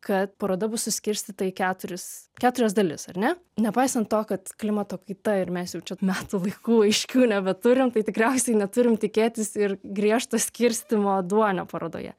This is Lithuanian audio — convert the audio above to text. kad paroda bus suskirstyta į keturis keturias dalis ar ne nepaisant to kad klimato kaita ir mes jau čia metų laikų aiškių nebeturim tai tikriausiai neturim tikėtis ir griežto skirstymo duonio parodoje